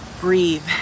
breathe